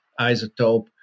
isotope